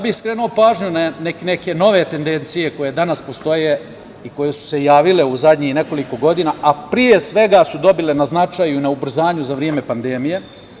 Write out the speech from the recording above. Skrenuo bih pažnju na neke nove tendencije koje danas postoje i koje su se javile u zadnjih nekoliko godina, a pre svega su dobile na značaju, na ubrzanju za vreme pandemije.